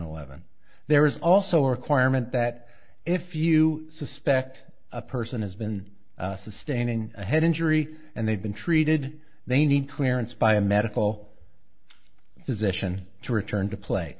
eleven there is also requirement that if you suspect a person has been sustaining a head injury and they've been treated they need clearance by a medical physician to return to play